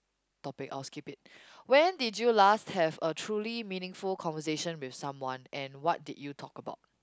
topic I was keep it when did you last have a truly meaningful conversation with someone and what did you talk about